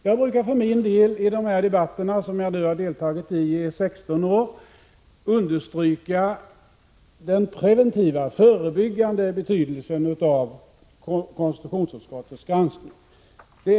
För min del brukar jag i de här debatterna, som jag nu deltagit i under 16 år, understryka den preventiva — förebyggande — betydelse som konstitutionsutskottets granskning har.